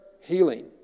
healing